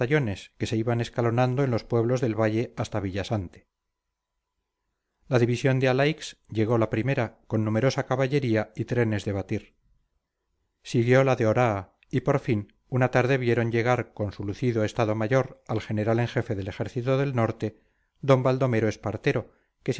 que se iban escalonando en los pueblos del valle hasta villasante la división de alaix llegó la primera con numerosa caballería y trenes de batir siguió la de oraa y por fin una tarde vieron llegar con su lucido estado mayor al general en jefe del ejército del norte don baldomero espartero